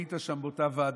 שהיית שם באותה ועדה,